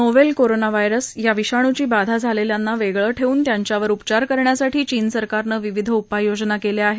novel coronavirus या विषाणूची बाधा झालेल्यांना वेगळं ठेवून त्यांच्यांवर उपचार करण्यासाठी चीन सरकारनं विविध उपाययोजना केल्या आहेत